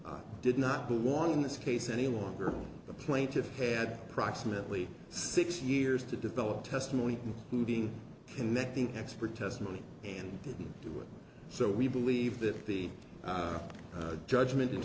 did not belong in this case any longer the plaintiffs had approximately six years to develop testimony who being connecting expert testimony and didn't do it so we believe that the judgment in